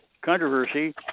controversy